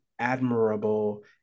admirable